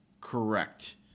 correct